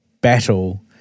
battle